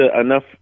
enough